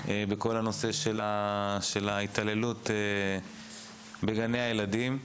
בכל הנושא של ההתעללות בגני הילדים.